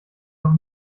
noch